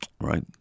Right